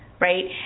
right